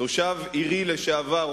תושב עירי לשעבר,